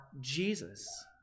Jesus